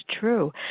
True